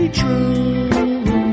true